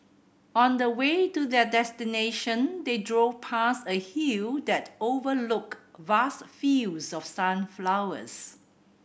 on the way to their destination they drove past a hill that overlooked vast fields of sunflowers